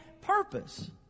purpose